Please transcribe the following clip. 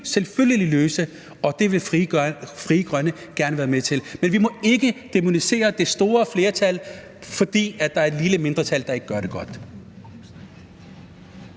selvfølgelig løse, og det vil Frie Grønne gerne være med til. Men vi må ikke dæmonisere det store flertal, fordi der er et lille mindretal, der ikke gør det godt.